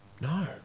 No